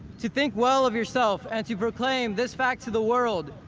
to think well of yourself and to proclaim this fact to the world,